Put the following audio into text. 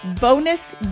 Bonus